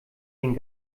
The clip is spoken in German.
den